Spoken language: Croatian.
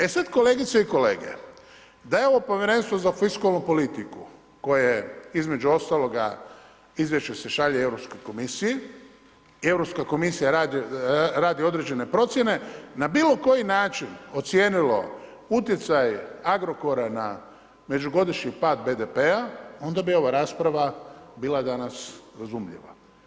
E sada kolegice i kolege, da je ovo Povjerenstvo za fiskalnu politiku, koje između ostaloga izvješće se šalje Europskoj komisiji i Europska komisija radi određene procjene, na bilo koji način ocijenilo utjecaj Agrokora na međugodišnji pad BDP-a, onda bi ova rasprava bila danas razumljiva.